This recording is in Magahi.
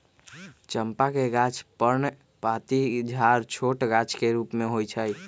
चंपा के गाछ पर्णपाती झाड़ छोट गाछ के रूप में होइ छइ